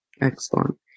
Excellent